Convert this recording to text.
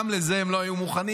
גם לזה הם לא היו מוכנים.